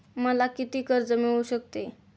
मला किती कर्ज मिळू शकते?